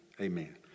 amen